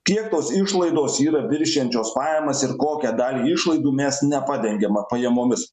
kiek tos išlaidos yra viršijančios pajamas ir kokią dalį išlaidų mes nepadengiama pajamomis